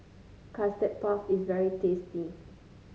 Custard Puff is very tasty